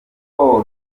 col